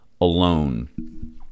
alone